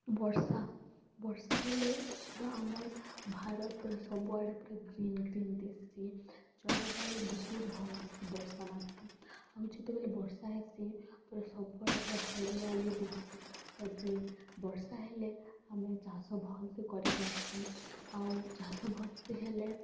ବର୍ଷା ବର୍ଷା ହେଲେ ପୂରା ଆମର୍ ଭାରତ୍ ପୂରା ସବୁ ଆଡ଼େ ପୂରା ଗ୍ରୀନ୍ ଗ୍ରୀନ୍ ଦିସ୍ସି ଜଳବାୟୁ ବହୁତ୍ ଭଲ୍ ଦିସ୍ସି ବର୍ଷା ମାସେ ଆଉ ଯେତେବେଲେ ବର୍ଷା ହେସି ପୂରା ସବୁ ଆଡ଼େ ପୂରା ହରିଆଲି ଦିସ୍ସି ପୂରା ଗ୍ରୀନ୍ ବର୍ଷା ହେଲେ ଆମେ ଚାଷ ଭଲ୍ ସେ କରିପାର୍ସୁଁ ଆଉ ଚାଷ ଭଲ୍ ସେ ହେଲେ